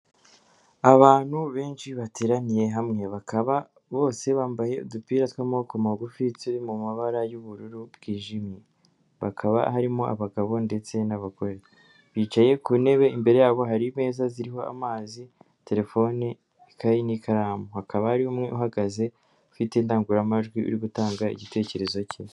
Abantu benshi bateraniye hamwe bakaba bose bambaye udupira tw'amaboko magufi turi mu mabara y'ubururu bwijimye bakaba harimo abagabo ndetse n'abagore, bicaye ku ntebe imbere yabo hari meza ziriho amazi, terefone, ikayi n'ikaramu, hakaba hari umwe uhagaze ufite indangururamajwi uri gutanga igitekerezo cye.